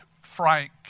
Frank